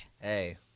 Hey